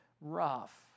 rough